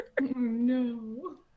No